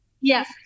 Yes